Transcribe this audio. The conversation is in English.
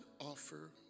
offer